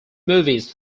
movies